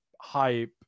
hype